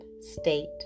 state